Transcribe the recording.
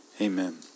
amen